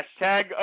hashtag